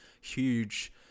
huge